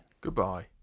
goodbye